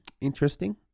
interesting